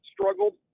struggled